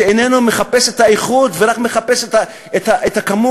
שאיננו מחפש את האיכות ורק מחפש את הכמות?